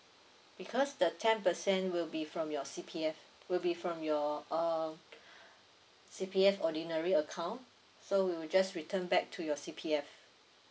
because the ten percent will be from your C_P_F will be from your uh C_P_F ordinary account so we will just return back to your C_P_F